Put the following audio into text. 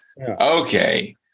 okay